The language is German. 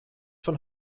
von